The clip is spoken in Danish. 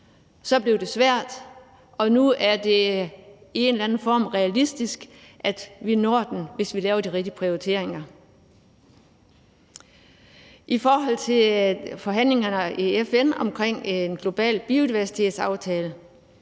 Så blev det svært, og nu er det i en eller anden form realistisk, at vi når den, hvis vi laver de rigtige prioriteringer. I forhold til forhandlingerne i FN omkring en global biodiversitetsaftale